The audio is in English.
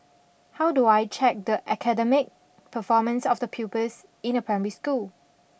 how do I check the academic performance of the pupils in a primary school